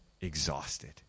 exhausted